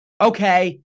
okay